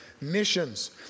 missions